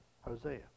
Hosea